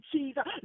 Jesus